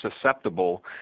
susceptible